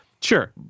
sure